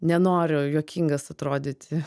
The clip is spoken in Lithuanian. nenoriu juokingas atrodyti